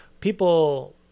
people –